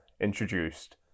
introduced